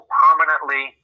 permanently